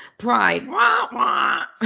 pride